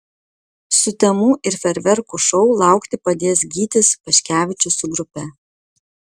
sutemų ir fejerverkų šou laukti padės gytis paškevičius su grupe